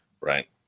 Right